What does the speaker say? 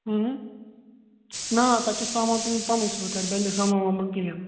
نا تَتہِ چھُ سامان تُلن پَنُن سۭتۍ تَتہِ بَنِنہٕ سامان وامان کِہینۍ